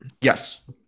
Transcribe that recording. yes